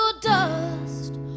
dust